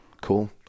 Cool